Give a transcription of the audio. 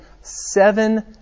seven